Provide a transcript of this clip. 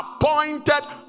appointed